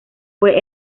fue